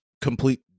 complete